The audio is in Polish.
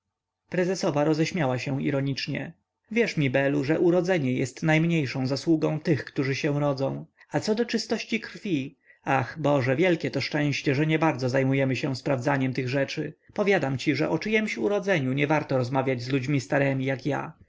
prezesowa roześmiała się ironicznie wierz mi belu że urodzenie jest najmniejszą zasługą tych którzy się rodzą a co do czystości krwi ach boże wielkie to szczęście że niebardzo zajmujemy się sprawdzaniem tych rzeczy powiadam ci że o czyjemś urodzeniu nie warto rozmawiać z ludźmi starymi jak ja